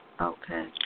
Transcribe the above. okay